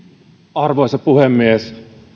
arvoisa puhemies